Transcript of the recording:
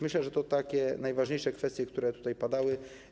Myślę, że to są najważniejsze kwestie, które tutaj padały.